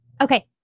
okay